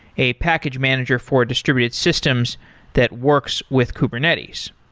a package manager for distributed systems that works with kubernetes.